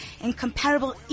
incomparable